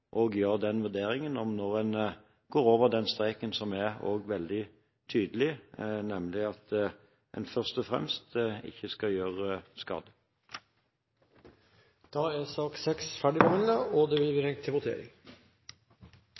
vurderingen av når en går over den streken som er veldig tydelig, nemlig at en først og fremst ikke skal gjøre skade. Debatten i sak nr. 6 er dermed avsluttet. Vi er da klare til å gå til votering